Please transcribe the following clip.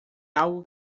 algo